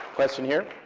question here.